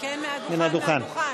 מן הדוכן.